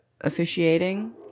officiating